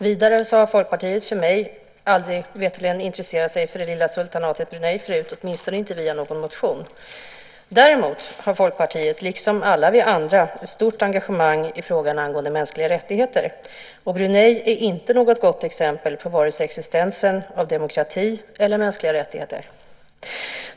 Vidare har Folkpartiet mig veterligen aldrig förut intresserat sig för det lilla sultanatet Brunei, åtminstone inte via någon motion. Däremot har Folkpartiet, liksom alla vi andra, stort engagemang i frågan angående mänskliga rättigheter. Brunei är inte något gott exempel på vare sig existensen av demokrati eller mänskliga rättigheter.